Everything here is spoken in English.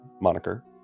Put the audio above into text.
moniker